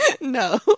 No